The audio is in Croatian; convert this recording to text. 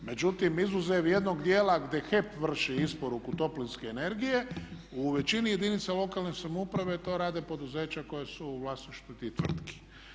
Međutim, izuzev jednog dijela gdje HEP vrši isporuku toplinske energije u većini jedinica lokalne samouprave to rade poduzeća koja su u vlasništvu dvije tvrtke.